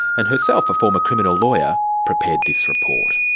and herself a former criminal lawyer, prepared this report.